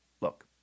Look